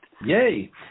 yay